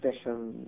special